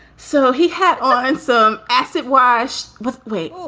so he had ah and some acid wash with weight.